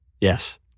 Yes